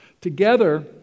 Together